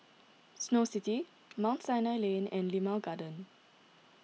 Snow City Mount Sinai Lane and Limau Garden